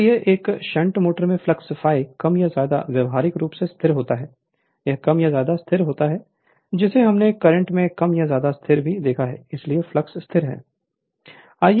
इसलिए एक shunt motor में फ्लक्स ∅ कम या ज्यादा व्यावहारिक रूप से स्थिर होता है यह कम या ज्यादा स्थिर होता है जिसे हमने करंट में कम या ज्यादा स्थिर भी देखा है इसलिए फ्लक्स स्थिर है